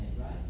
right